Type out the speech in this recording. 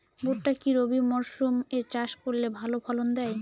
ভুট্টা কি রবি মরসুম এ চাষ করলে ভালো ফলন দেয়?